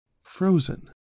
Frozen